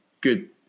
good